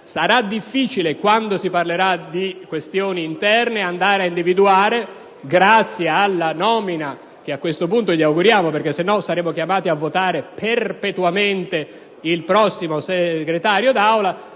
Sarà difficile, quando si parlerà di questioni interne, andare ad individuare, grazie alla nomina, che a questo punto gli auguriamo perché sennò saremmo chiamati a votare perpetuamente il prossimo Segretario d'Aula,